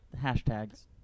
hashtags